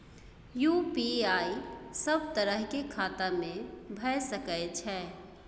UPI सब तरह के खाता में भय सके छै?